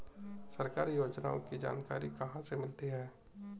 सरकारी योजनाओं की जानकारी कहाँ से मिलती है?